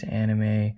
anime